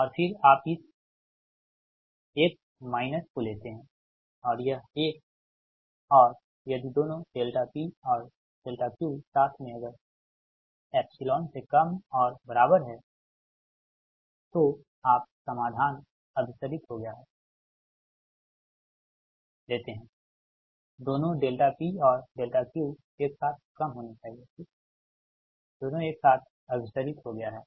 और फिर आप इस 1 माइनस को लेते हैं यह 1 और यदि दोनों P और Q साथ में अगर एप्सिलॉन से कम और बराबर हैं P Q तो आपका समाधान अभिसरित हो गया हैं लेते है और दोनों P और Q एक साथ कम होनी चाहिए ठीक दोनों एक साथ अभिसरित हो गया है